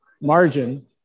margin